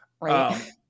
Right